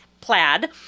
plaid